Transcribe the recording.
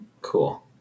cool